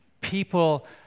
people